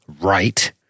right